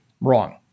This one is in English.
Wrong